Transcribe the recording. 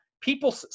people